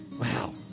wow